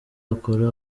akora